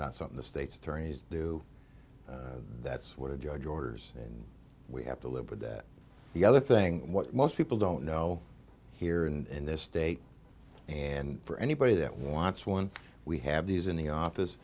not something the state's attorneys do that's what a judge orders and we have to live with that the other thing what most people don't know here and this state and for anybody that wants one we have these in the office